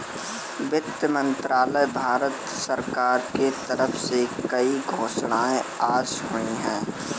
वित्त मंत्रालय, भारत सरकार के तरफ से कई घोषणाएँ आज हुई है